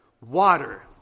Water